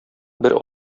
бер